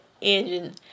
engine